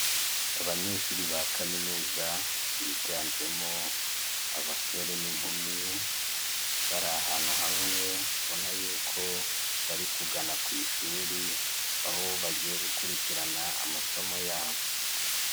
Abanyeshuri ba kaminuza biganjemo abasore n'inkumi, bari ahantu hamwe ubona y'uko bari kugana ku ishuri aho bagiye gukurikirana amasomo yabo.